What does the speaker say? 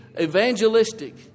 evangelistic